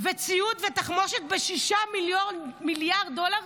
וציוד ותחמושת ב-6 מיליארד דולר,